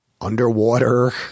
underwater